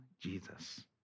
Jesus